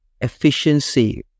efficiency